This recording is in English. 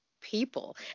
people